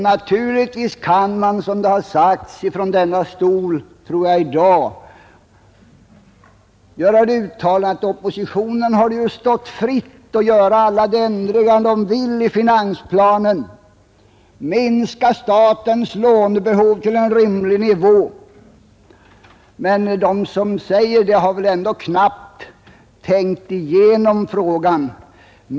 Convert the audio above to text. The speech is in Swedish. Naturligtvis kan man, som det sagts från denna talarstol jag tror även i dag, påstå att det stått oppositionen fritt att göra alla ändringar den vill i finansplanen och minska statens lånebehov till en rimlig nivå. Men de som säger så har knappast tänkt igenom frågan.